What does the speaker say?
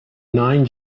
nine